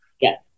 Yes